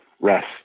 rest